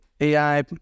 AI